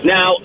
Now